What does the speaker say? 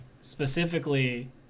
specifically